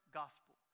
gospel